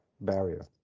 barrier